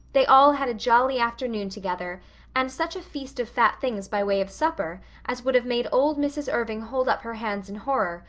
they all had a jolly afternoon together and such a feast of fat things by way of supper as would have made old mrs. irving hold up her hands in horror,